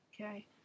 okay